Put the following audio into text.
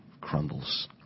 crumbles